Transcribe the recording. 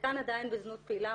חלקן עדיין בזנות פעילה,